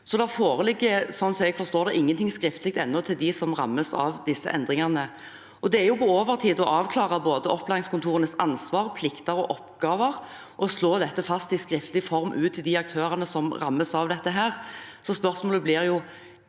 jeg forstår det, ennå ingenting skriftlig til dem som rammes av disse endringene. Det er på overtid å avklare både opplæringskontorenes ansvar, plikter og oppgaver og slå dette fast i skriftlig form, ut til de aktørene som rammes av dette. Så spørsmålet blir: